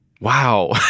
Wow